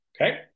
Okay